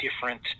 different